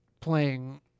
playing